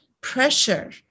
pressure